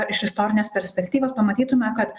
iš istorinės perspektyvos pamatytume kad